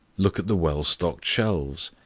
look at the well-stocked shelves.